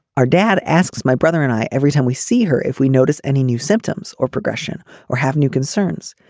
our dad asks my brother and i every time we see her if we notice any new symptoms or progression or have new concerns.